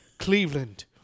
cleveland